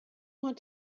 want